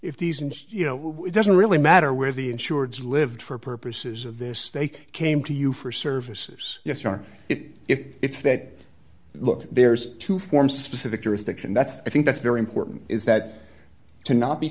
if these and you know it doesn't really matter where the insureds lived for purposes of this they came to you for services yes or it if it's that look there's two forms a specific jurisdiction that's i think that's very important is that to not be